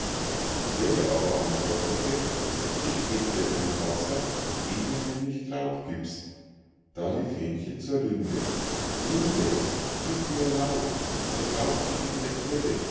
die quelle aber antwortete ich geb dir kein wasser eh du mir nicht laub giebst da lief hähnchen zur linde linde gieb mir laub das laub geb ich der quelle